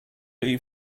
eat